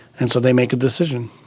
and so they make a decision.